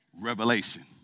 Revelation